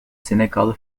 senegal